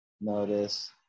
Notice